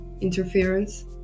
interference